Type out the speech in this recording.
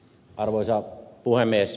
arvoisa puhemies